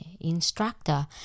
instructor